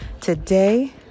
Today